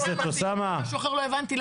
לא הבנתי.